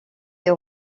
des